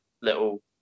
little